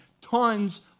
tons